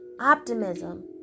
optimism